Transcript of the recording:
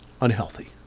unhealthy